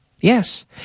Yes